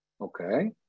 Okay